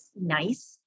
nice